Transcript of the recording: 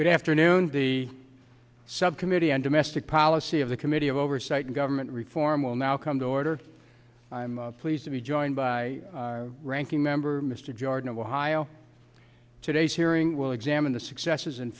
good afternoon the subcommittee on domestic policy of the committee of oversight and government reform will now come to order i'm pleased to be joined by ranking member mr jordan of ohio today's hearing will examine the successes